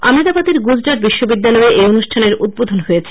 আমেদাবাদের গুজরাট বিশ্ববিদ্যালয়ে এই অনুষ্ঠানের উদ্বোধন হয়েছে